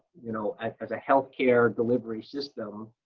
you know as as a health-care delivery system.